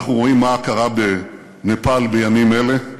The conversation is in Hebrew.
אנחנו רואים מה קרה בנפאל בימים אלה,